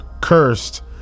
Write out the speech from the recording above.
Cursed